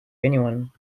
anyone